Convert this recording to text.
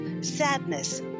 sadness